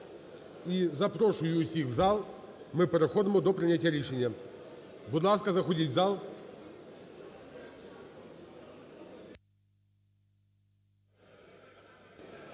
і запрошую усіх в зал, ми переходимо до прийняття рішення. Будь ласка, заходіть в зал.